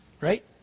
right